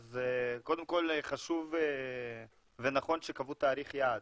קודם כל, חשוב ונכון שקבעו תאריך יעד.